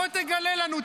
בוא תגלה לנו.